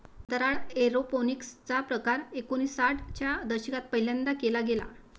अंतराळात एरोपोनिक्स चा प्रकार एकोणिसाठ च्या दशकात पहिल्यांदा केला गेला